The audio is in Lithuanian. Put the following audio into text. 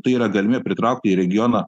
tai yra galimybė pritraukt į regioną